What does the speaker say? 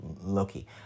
Loki